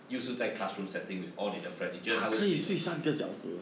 又是在 classroom setting with all the furniture 她会睡很